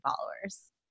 followers